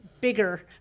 bigger